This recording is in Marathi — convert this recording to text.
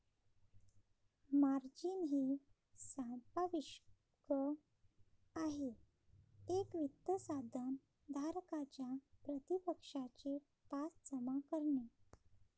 मार्जिन हे सांपार्श्विक आहे एक वित्त साधन धारकाच्या प्रतिपक्षाचे पास जमा करणे